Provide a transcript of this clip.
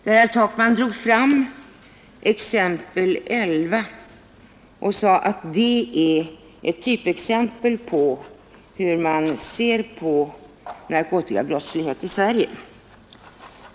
Herr Takman tog upp exempel nr 11 ur redovisningar av vissa nådeärenden och sade att det är ett typexempel på hur man i Sverige ser på narkotikabrottslighet.